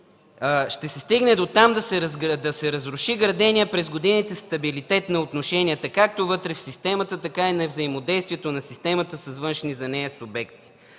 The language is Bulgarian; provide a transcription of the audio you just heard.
Ще се стигне дотам да се разруши граденият през годините стабилитет на отношенията както вътре в системата, така и на взаимодействието на системата с външни за нея субекти,